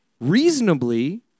reasonably